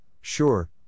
sure